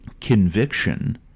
Conviction